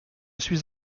suis